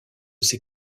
ses